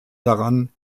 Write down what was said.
daran